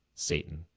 Satan